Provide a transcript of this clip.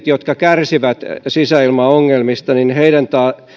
jotka kärsivät sisäilmaongelmista